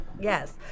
Yes